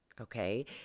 okay